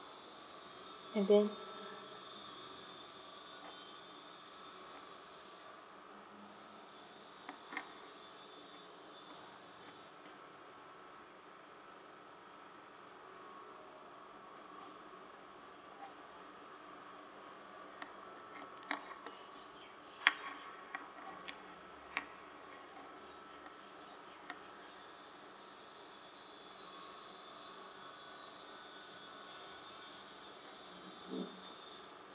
and then